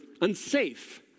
unsafe